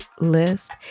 list